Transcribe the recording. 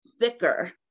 thicker